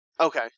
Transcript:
Okay